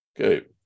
okay